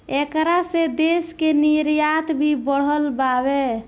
ऐकरा से देश के निर्यात भी बढ़ल बावे